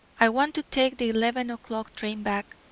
i want to take the eleven o'clock train back.